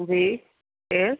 जी केरु